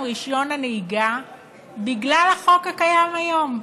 רישיון הנהיגה בגלל החוק הקיים היום.